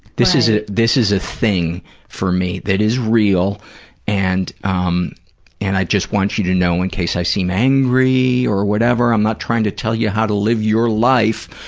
this ah this is a thing for me that is real and um and i just want you to know in case i seem angry or whatever, i'm not trying to tell you how to live your life,